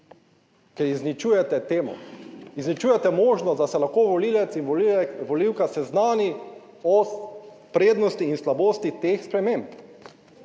ker izničujete temo, izničujete možnost, da se lahko volivec in volivka seznani o prednosti in slabosti teh sprememb,